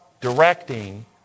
directing